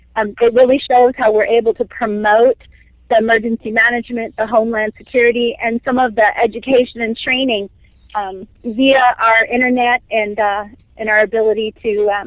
um really shows how we are able to promote the emergency management, the homeland security, and some of the education and training via our internet and and our ability to